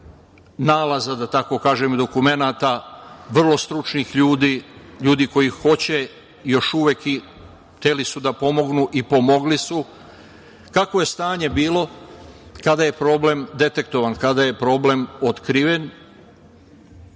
nalaza, da tako kažem, i dokumenata vrlo stručnih ljudi, ljudi koji hoće još uvek i hteli su da pomognu i pomogli su kakvo je stanje bilo kada je problem detektovan, kada je problem otkriven,